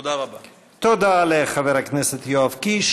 תודה לחבר הכנסת יואב קיש.